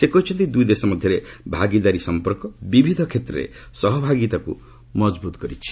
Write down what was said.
ସେ କହିଛନ୍ତି ଦୁଇଦେଶ ମଧ୍ୟରେ ଭାଗିଦାରୀ ସମ୍ପର୍କ ବିବିଧ କ୍ଷେତ୍ରରେ ସହଭାଗିତାକୁ ମଜଭୁତ କରିପାରିଛି